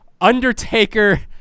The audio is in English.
Undertaker